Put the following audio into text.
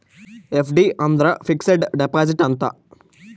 FD ಅಂದ್ರ fixed deposit ಅಂತ